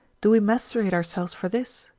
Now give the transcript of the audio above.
do we macerate ourselves for this?